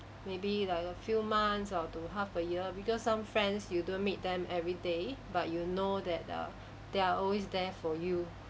maybe like a few months or to half a year because some friends you don't meet them every day but you know that err there are always there for you